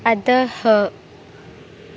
अधः